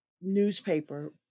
newspaper